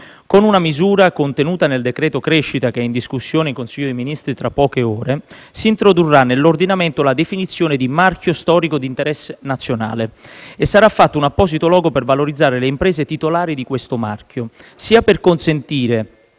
Con una misura contenuta nel decreto crescita, in discussione in Consiglio dei ministri tra poche ore, si introdurrà nell'ordinamento la definizione di marchio storico di interesse nazionale e sarà fatto un apposito logo per valorizzare le imprese titolari di questo marchio, sia per consentire